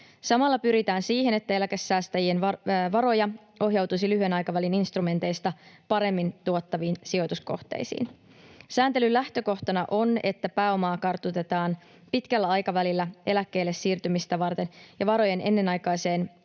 Samalla pyritään siihen, että eläkesäästäjien varoja ohjautuisi lyhyen aikavälin instrumenteista paremmin tuottaviin sijoituskohteisiin. Sääntelyn lähtökohtana on, että pääomaa kartutetaan pitkällä aikavälillä eläkkeelle siirtymistä varten ja varojen ennenaikaiseen